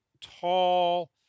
tall